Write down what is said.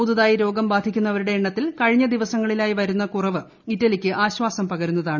പുതിയതായി രോഗം ബാധിക്കുന്നവരുടെ എണ്ണത്തിൽ കഴിഞ്ഞ ദിവസങ്ങളിലായി വരുന്ന കുറവ് ഇറ്റലിയ്ക്ക് ആശ്വാസം പകരുന്നതാണ്